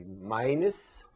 minus